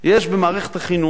יש במערכת החינוך